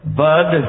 bud